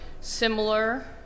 similar